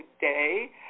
today